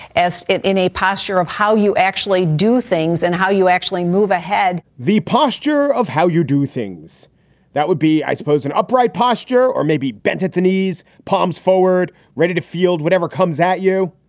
as in a posture of how you actually do things and how you actually move ahead the posture of how you do things that would be, i suppose, an upright posture or maybe bent at the knees, palms forward, ready to field whatever comes at you.